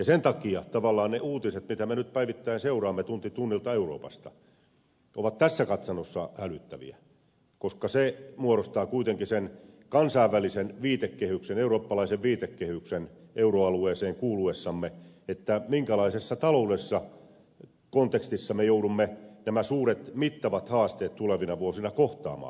sen takia tavallaan ne uutiset joita me nyt päivittäin seuraamme tunti tunnilta euroopasta ovat tässä katsannossa hälyttäviä koska euroopan uutiset muodostavat kuitenkin sen kansainvälisen viitekehyksen eurooppalaisen viitekehyksen euroalueeseen kuuluessamme minkälaisessa taloudellisessa kontekstissa joudumme nämä suuret mittavat haasteet tulevina vuosina kohtaamaan